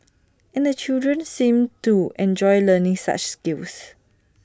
and the children seemed to enjoy learning such skills